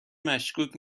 مشکوک